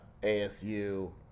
asu